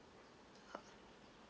uh